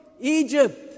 Egypt